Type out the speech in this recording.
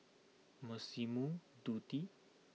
Massimo Dutti